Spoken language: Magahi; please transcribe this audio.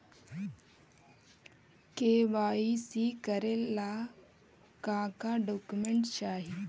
के.वाई.सी करे ला का का डॉक्यूमेंट चाही?